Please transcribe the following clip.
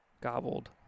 gobbled